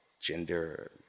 gender